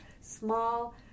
small